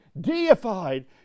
deified